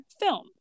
film